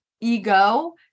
ego